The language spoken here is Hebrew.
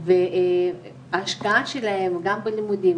וההשקעה שלהם גם בלימודים,